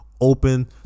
open